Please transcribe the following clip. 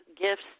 gifts